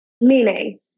Meaning